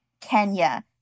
Kenya